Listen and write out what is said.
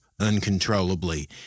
uncontrollably